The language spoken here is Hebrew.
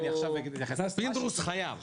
פינדרוס חייב.